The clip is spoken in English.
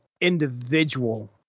individual